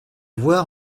voir